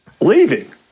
Leaving